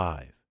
Five